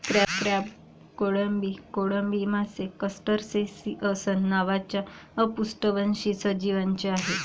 crab, कोळंबी, कोळंबी मासे क्रस्टेसिअन्स नावाच्या अपृष्ठवंशी सजीवांचे आहेत